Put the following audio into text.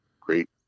great